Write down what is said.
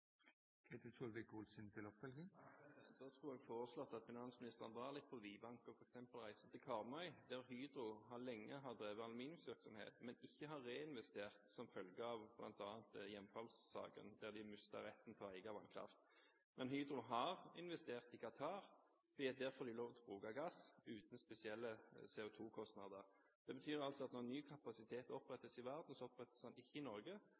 Da skulle jeg foreslått at finansministeren drar litt på vidvanke og f.eks. reiser til Karmøy, der Hydro lenge har drevet aluminiumsvirksomhet, men ikke har reinvestert som følge av bl.a. hjemfallssaken, der de mistet retten til å eie vannkraft. Men Hydro har investert i Qatar og har derfor lov til å bruke gass uten spesielle CO2-kostnader. Det betyr altså at når ny kapasitet opprettes i verden, opprettes den ikke i Norge,